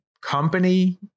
company